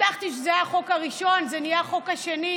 הבטחתי שזה יהיה החוק הראשון, וזה נהיה החוק השני,